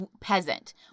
peasant